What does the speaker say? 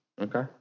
okay